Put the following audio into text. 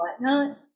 whatnot